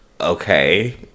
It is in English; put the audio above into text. okay